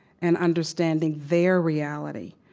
and understanding their reality,